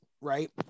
right